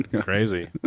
Crazy